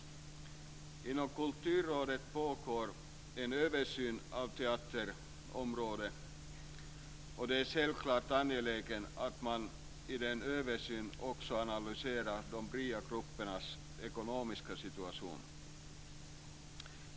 Inom Kulturrådet pågår en översyn av teaterområdet. Det är självklart angeläget att man i den översynen också analyserar de fria gruppernas ekonomiska situation.